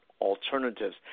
alternatives